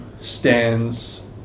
stands